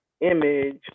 image